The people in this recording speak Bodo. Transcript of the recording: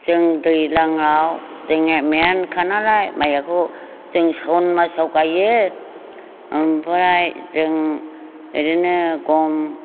जों दैज्लाङाव जोंने मेनखानालाय माइआखौ जों सावन मासाव गायो ओमफ्राय जों ओरैनो गम